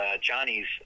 Johnny's